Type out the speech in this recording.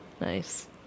nice